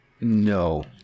No